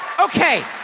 Okay